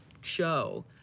show